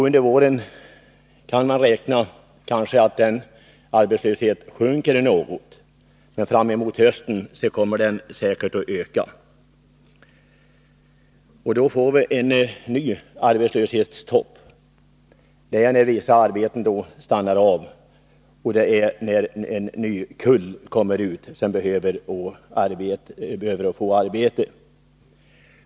Under våren kan man kanske räkna med att denna arbetslöshet sjunker något, men framemot hösten kommer den säkert att öka igen. Då får vi en ny arbetslöshetstopp — vissa arbeten stannar av och en ny kull kommer ut som behöver få arbete.